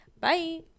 Bye